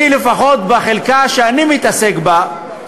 אני, לפחות בחלקה שאני מתעסק בה,